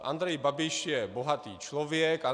Andrej Babiš je bohatý člověk.